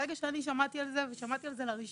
ברגע שאני שמעתי על זה ושמעתי על זה לראשונה